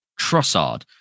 Trossard